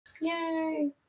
Yay